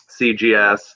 CGS